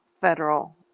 federal